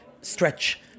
stretch